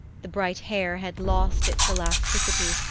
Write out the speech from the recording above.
the bright hair had lost its elasticity,